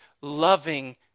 loving